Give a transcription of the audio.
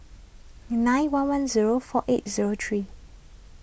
nine one one zero four eight zero three